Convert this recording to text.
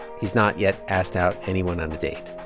he's not yet asked out anyone on a date.